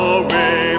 away